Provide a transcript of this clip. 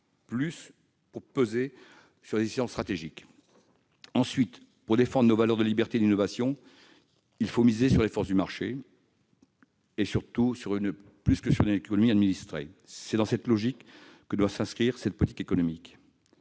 pour peser sur les décisions stratégiques. Ensuite, pour défendre nos valeurs de liberté et d'innovation, mieux vaut miser sur les forces du marché que sur une économie administrée. C'est dans cette logique que doit s'inscrire notre politique économique.